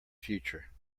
future